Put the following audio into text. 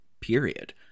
period